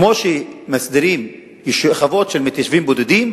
כמו שמסדירים חוות של מתיישבים בודדים,